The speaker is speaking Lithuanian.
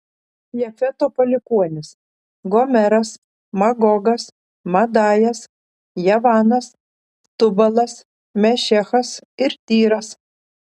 jafeto palikuonys gomeras magogas madajas javanas tubalas mešechas ir tyras